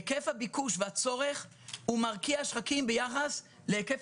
היקף הביקוש והצורך מרקיעי שחקים ביחס להיקף